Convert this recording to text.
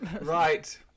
Right